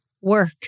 work